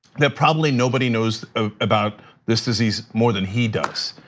that probably nobody knows ah about this disease more than he does.